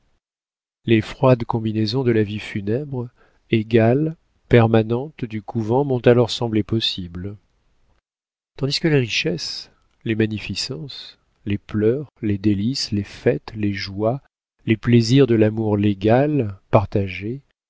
les froides combinaisons de la vie funèbre égale permanente du couvent m'ont alors semblé possibles tandis que les richesses les magnificences les pleurs les délices les fêtes les joies les plaisirs de l'amour égal partagé